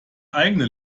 eigene